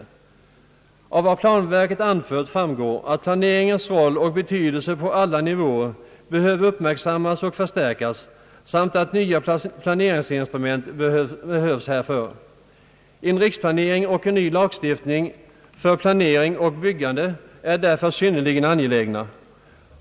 Planverket uttalar: »Av vad planverket anfört framgår, att planeringens roll och betydelse på alla nivåer behöver uppmärksammas och förstärkas samt att nya planeringsinstrument behövs härför. En riksplanering och en ny lagstiftning för planering och byggande är därför synnerligen angelägna.